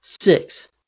Six